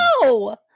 No